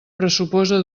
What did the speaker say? pressuposa